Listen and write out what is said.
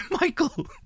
Michael